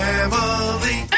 Family